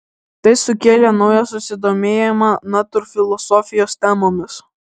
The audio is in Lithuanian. tai sukėlė naują susidomėjimą natūrfilosofijos temomis